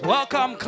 Welcome